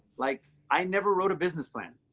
like i never wrote a business plan.